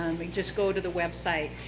just go to the website.